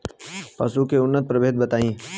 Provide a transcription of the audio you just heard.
पशु के उन्नत प्रभेद बताई?